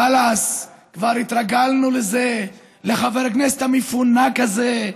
חלאס, כבר התרגלנו לזה, לחבר הכנסת המפונק הזה,